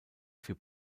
für